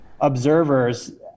observers